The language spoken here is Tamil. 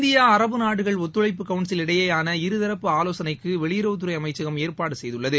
இந்தியா அரவு நாடுகள் ஒத்துழைப்பு கவுன்சில் இடையேயான இருதரப்பு ஆலோசனைக்கு வெளியுறவுத்துறை அமைச்சகம் ஏற்பாடு செய்துள்ளது